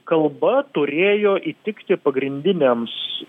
kalba turėjo įtikti pagrindinėms